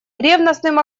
ревностным